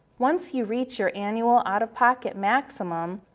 once you reach your annual out-of-pocket maximum,